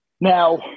Now